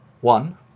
one